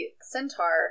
centaur